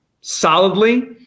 solidly